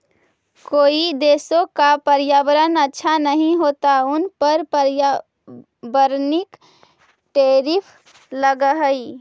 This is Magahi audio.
कई देशों का पर्यावरण अच्छा नहीं होता उन पर पर्यावरणिक टैरिफ लगअ हई